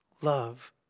love